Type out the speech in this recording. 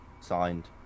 signed